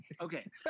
Okay